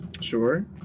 Sure